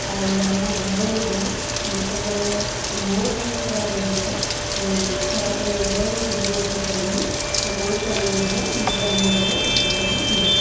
ଆଉ ଆମ ଘରେ ମଧ୍ୟ ଯେତେବେଳେ ମୋ' ଦେହ ଖରାପ ହୁଏ ଖରାପ ହୋଇଯାଏ ମୁଁ ଶେଯରୁ ଉଠିପାରେନାହିଁ ତ ମୋ' ସ୍ୱାମୀ ମଧ୍ୟ ନିଜେ ଆମ ଘରେ ରୋଷେଇ କରିଦିଅନ୍ତି